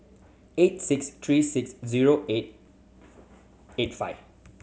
eight six three six zero eight eight five